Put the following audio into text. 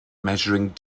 measuring